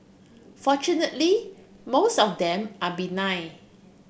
fortunately most of them are benign